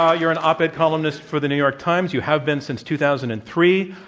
ah you're an op-ed columnist for the new york times. you have been since two thousand and three.